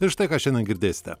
ir štai ką šiandien girdėsite